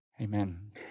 Amen